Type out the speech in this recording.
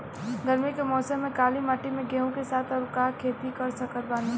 गरमी के मौसम में काली माटी में गेहूँ के साथ और का के खेती कर सकत बानी?